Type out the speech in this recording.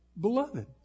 beloved